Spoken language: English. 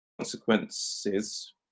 consequences